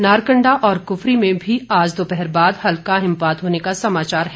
नारकंडा और कुफरी में भी आज दोपहर बाद हल्का हिमपात होने का समाचार है